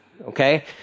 Okay